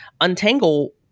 untangle